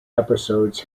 episodes